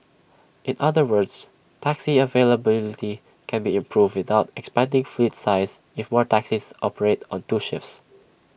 in other words taxi availability can be improved without expanding fleet size if more taxis operate on two shifts